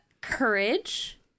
Courage